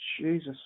Jesus